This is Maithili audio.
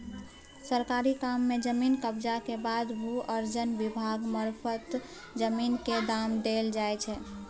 सरकारी काम मे जमीन कब्जा केर बाद भू अर्जन विभाग मारफत जमीन केर दाम देल जाइ छै